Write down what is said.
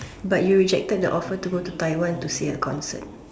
but you rejected the offer to go to Taiwan to see a concert